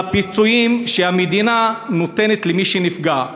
על הפיצויים שהמדינה נותנת למי שנפגע.